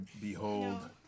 behold